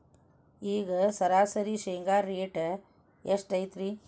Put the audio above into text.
ಈಗ ಸರಾಸರಿ ಶೇಂಗಾ ರೇಟ್ ಎಷ್ಟು ಐತ್ರಿ?